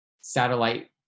satellite